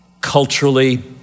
culturally